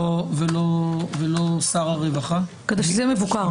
שזה יהיה מבוקר.